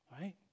Right